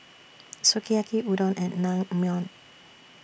Sukiyaki Udon and Naengmyeon